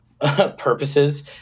purposes